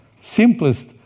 simplest